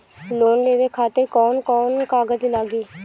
Loan लेवे खातिर कौन कौन कागज लागी?